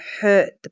hurt